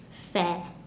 fair